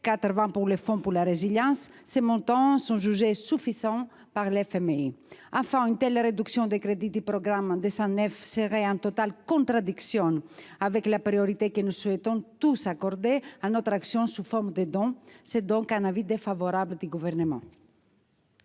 au Fonds mondial pour la résilience. Ces montants sont jugés suffisants par le FMI. Enfin, une telle réduction des crédits du programme 209 serait en totale contradiction avec la priorité que nous souhaitons tous accorder à notre action sous forme de dons. Le Gouvernement est donc défavorable à cet amendement.